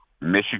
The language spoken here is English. Michigan